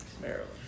Maryland